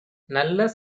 நல்ல